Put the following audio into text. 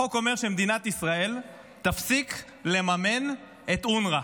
החוק אומר שמדינת ישראל תפסיק לממן את אונר"א,